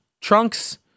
trunks